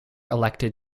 elected